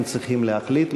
הם צריכים להחליט,